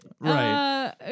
Right